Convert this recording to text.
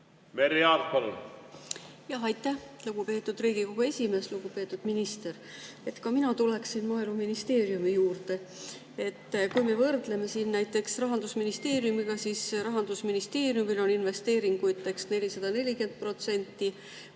Merry Aart, palun! Aitäh, lugupeetud Riigikogu esimees! Lugupeetud minister! Ka mina tuleksin Maaeluministeeriumi juurde. Kui me võrdleme näiteks Rahandusministeeriumiga, siis Rahandusministeeriumil on investeeringuteks 440%,